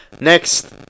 Next